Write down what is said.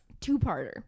Two-parter